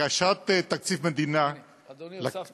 הגשת תקציב מדינה לכנסת